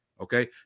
okay